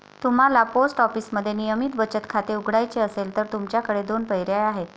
तुम्हाला पोस्ट ऑफिसमध्ये नियमित बचत खाते उघडायचे असेल तर तुमच्याकडे दोन पर्याय आहेत